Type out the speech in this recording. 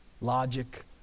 logic